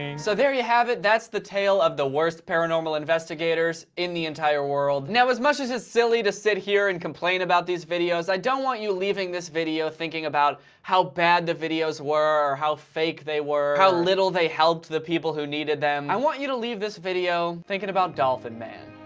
so there you have it, that's the tale of the worst paranormal investigators in the entire world now as much as it's silly to sit here and complain about these videos i don't want you leaving this video thinking about how bad the videos were or how fake they were how little they helped the people who needed them. i want you to leave this video thinking about dolphin man